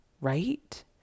right